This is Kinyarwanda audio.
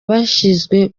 bashinzwe